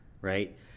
right